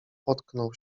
potknął